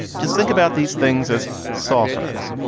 just think about these things as softeners,